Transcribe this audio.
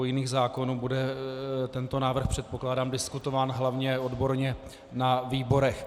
Tak jako u jiných zákonů bude tento návrh, předpokládám, diskutován hlavně odborně na výborech.